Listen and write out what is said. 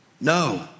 No